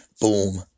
Boom